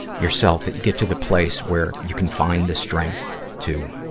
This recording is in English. yourself. that you get to the place where you can find the strength to,